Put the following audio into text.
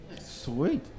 Sweet